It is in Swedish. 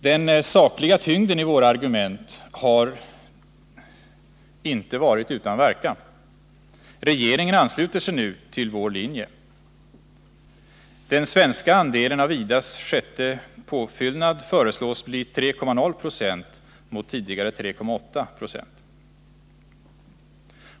Den sakliga tyngden i våra argument har dock inte varit utan verkan. Regeringen ansluter sig nu till vår linje. Den svenska andelen av IDA:s sjätte påfyllnad föreslås bli 3,0 20 mot tidigare 3,8 9.